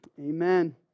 Amen